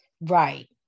right